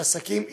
שעסקים ייפתחו,